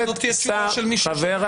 יש